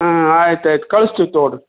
ಹಾಂ ಆಯ್ತು ಆಯ್ತು ಕಳಿಸ್ತೀವಿ ತಗೊಳ್ಳಿರಿ